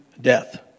death